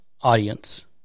audience